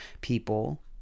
people